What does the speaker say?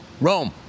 rome